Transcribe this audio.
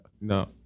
no